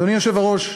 אדוני היושב-ראש,